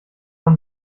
man